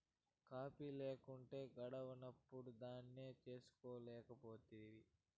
coffee లేకుంటే గడవనప్పుడు దాన్నే చేసుకోలేకపోతివి